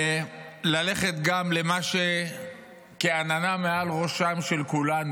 ללכת גם למה שכעננה מעל ראשי כולנו,